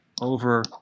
over